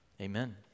Amen